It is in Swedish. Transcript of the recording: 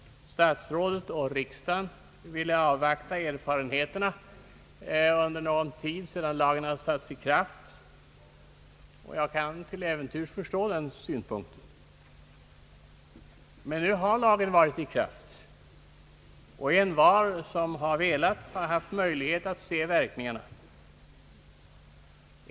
Statsrådet och riksdagen ville avvakta erfarenheterna under någon tid efter det att lagen trätt i kraft. Jag kan till äventyrs förstå den synpunkten. Men nu har lagen varit i kraft och envar, som har velat, har haft möjlighet att se verkningarna.